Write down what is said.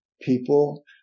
people